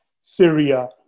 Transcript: Syria